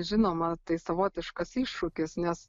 žinoma tai savotiškas iššūkis nes